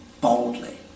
boldly